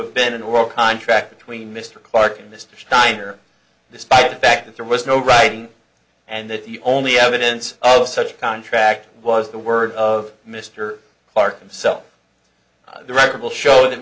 have been an oral contract between mr clarke and mr shiner despite the fact that there was no writing and that the only evidence of such a contract was the word of mr clarke himself the record will show that